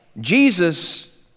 Jesus